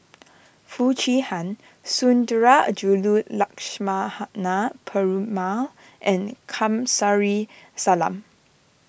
Foo Chee Han Sundarajulu Lakshmana Perumal and Kamsari Salam